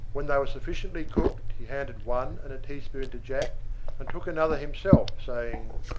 when they were sufficiently cooked, he handed one and a teaspoon to jack and took another himself, saying,